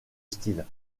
style